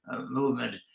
movement